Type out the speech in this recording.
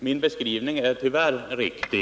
Min beskrivning är tyvärr riktig.